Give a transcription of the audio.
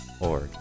org